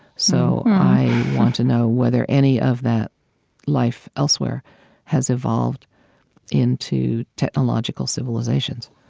so i want to know whether any of that life elsewhere has evolved into technological civilizations.